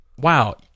wow